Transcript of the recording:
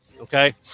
Okay